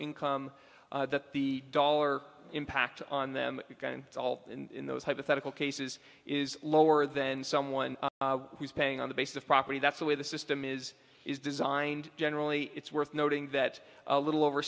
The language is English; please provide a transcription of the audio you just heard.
income that the dollar impact on them it's all in those hypothetical cases is lower than someone who's paying on the basis of property that's the way the system is is designed generally it's worth noting that a little over